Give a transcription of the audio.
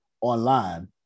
online